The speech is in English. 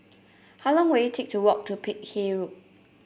how long will it take to walk to Peck Hay Road